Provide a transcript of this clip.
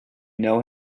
know